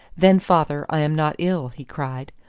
then, father, i am not ill, he cried.